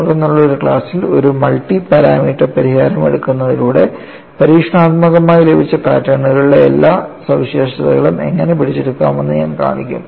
തുടർന്നുള്ള ഒരു ക്ലാസ്സിൽ ഒരു മൾട്ടി പാരാമീറ്റർ പരിഹാരം എടുക്കുന്നതിലൂടെ പരീക്ഷണാത്മകമായി ലഭിച്ച പാറ്റേണുകളുടെ എല്ലാ സവിശേഷതകളും എങ്ങനെ പിടിച്ചെടുക്കാമെന്ന് ഞാൻ കാണിക്കും